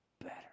better